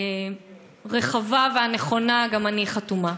הרחבה והנכונה, גם אני חתומה,